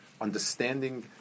understanding